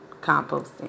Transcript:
composting